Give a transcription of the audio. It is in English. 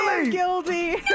guilty